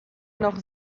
noch